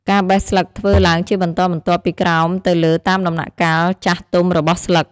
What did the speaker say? ការបេះស្លឹកធ្វើឡើងជាបន្តបន្ទាប់ពីក្រោមទៅលើតាមដំណាក់កាលចាស់ទុំរបស់ស្លឹក។